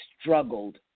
struggled